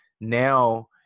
Now